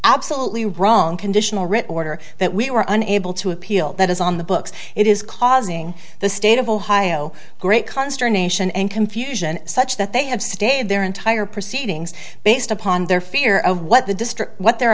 absolutely wrong conditional recorder that we were unable to appeal that is on the books it is causing the state of ohio great consternation and confusion such that they have stayed their entire proceedings based upon their fear of what the district what they're